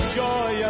joy